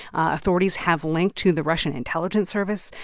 authorities have linked to the russian intelligence service.